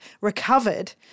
recovered